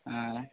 ஆ